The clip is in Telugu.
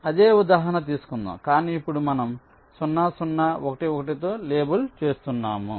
అదే ఉదాహరణ తీసుకుందాం కానీ ఇప్పుడు మనం 0 0 1 1 తో లేబుల్ చేస్తున్నాము